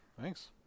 thanks